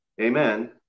Amen